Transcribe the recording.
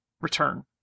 return